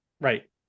Right